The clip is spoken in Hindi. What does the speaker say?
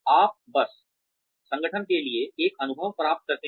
आप बस संगठन के लिए एक अनुभव प्राप्त करते हैं